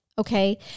Okay